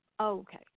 Okay